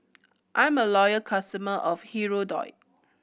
I'm a loyal customer of Hirudoid